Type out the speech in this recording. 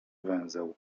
węzeł